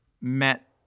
met